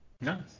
Nice